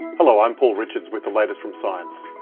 hello, i'm paul richards with the latest from science.